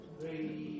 Three